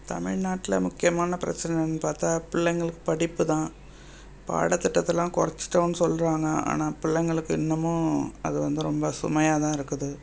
தமிழ்நாட்டில் முக்கியமான பிரச்சனைன்னு பார்த்தா பிள்ளைங்களுக்கு படிப்பு தான் பாடத்திட்டத்தைலாம் குறச்சிட்டோன்னு சொல்கிறாங்க ஆனால் பிள்ளைங்களுக்கு இன்னமும் அது வந்து ரொம்ப சுமையாக தான் இருக்குது